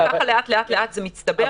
ככה לאט לאט לאט זה מצטבר.